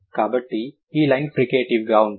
కాబట్టి ఈ లైన్ ఫ్రికేటివ్గా ఉంటుంది